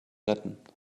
retten